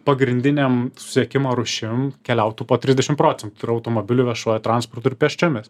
pagrindinėm susisiekimo rūšim keliautų po trisdešim procentų tai yra automobiliu viešuoju transportu ir pėsčiomis